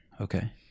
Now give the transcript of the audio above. Okay